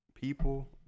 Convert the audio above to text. people